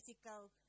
physical